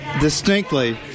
distinctly